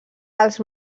els